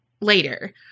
later